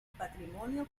patrimonio